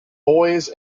boys